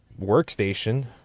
workstation